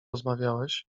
rozmawiałaś